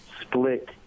split